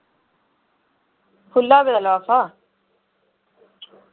खुल्ला पेदा लफाफा